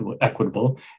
equitable